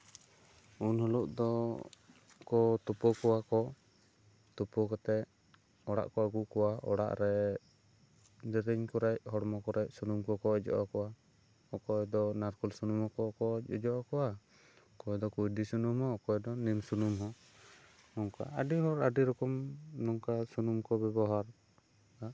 ᱩᱱᱦᱤᱞᱳᱜ ᱫᱚ ᱛᱩᱯᱩ ᱠᱚᱣᱟ ᱠᱚ ᱛᱩᱯᱩ ᱠᱟᱛᱮᱜ ᱚᱲᱲᱟᱜ ᱠᱚ ᱟᱹᱜᱩ ᱠᱚᱣᱟ ᱚᱲᱟᱜ ᱨᱮ ᱫᱮᱨᱮᱧ ᱠᱚᱨᱮᱜ ᱦᱚᱲᱢᱚ ᱠᱚᱨᱮᱜ ᱥᱩᱱᱩᱢ ᱠᱚᱠᱚ ᱚᱡᱚᱜ ᱟᱠᱚᱣᱟ ᱚᱠᱚᱭ ᱫᱚ ᱱᱟᱲᱠᱳᱞ ᱥᱩᱱᱩᱢ ᱦᱚᱸ ᱠᱚ ᱚᱡᱚᱜ ᱟᱠᱚᱣᱟ ᱚᱠᱚᱭ ᱫᱚ ᱠᱩᱸᱭᱰᱤ ᱥᱩᱱᱩᱢ ᱦᱚᱸ ᱚᱠᱚᱭ ᱫᱚ ᱱᱤᱢ ᱥᱩᱱᱩᱢ ᱦᱚᱸ ᱱᱚᱝᱠᱟ ᱟᱹᱰᱤ ᱦᱚᱲ ᱟᱹᱰᱤ ᱨᱚᱠᱚᱢ ᱱᱚᱝᱠᱟ ᱥᱩᱱᱩᱢ ᱠᱚ ᱵᱮᱵᱚᱦᱟᱨ